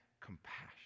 compassion